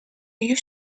you